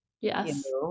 Yes